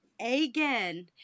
again